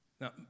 Now